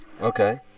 Okay